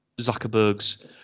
zuckerberg's